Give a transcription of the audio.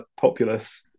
populace